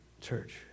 church